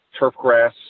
turfgrass